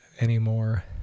anymore